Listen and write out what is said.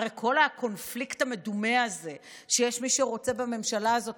הרי כל הקונפליקט המדומה הזה שיש מי שרוצה בממשלה הזאת